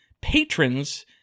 patrons